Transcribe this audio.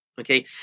Okay